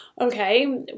Okay